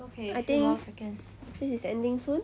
I think this is ending soon